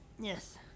Yes